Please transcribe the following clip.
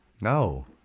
No